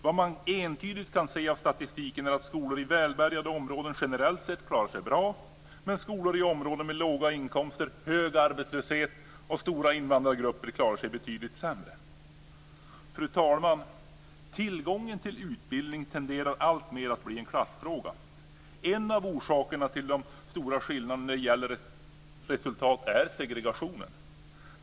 Vad man entydigt kan se av statistiken är att skolor i välbärgade områden generell sett klarar sig bra medan skolor i områden med låga inkomster, hög arbetslöshet och stora invandargrupper klarar sig betydligt sämre. Fru talman! Tillgången till utbildning tenderar alltmer att bli en klassfråga. En av orsakerna till de stora skillnaderna när det gäller resultat är segregationen.